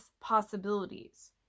possibilities